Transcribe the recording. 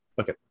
Okay